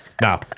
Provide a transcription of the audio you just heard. Now